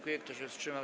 Kto się wstrzymał?